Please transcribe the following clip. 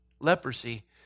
leprosy